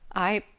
i.